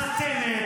נחלת אבותינו.